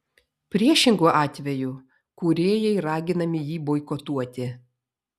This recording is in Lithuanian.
priešingu atveju kūrėjai raginami jį boikotuoti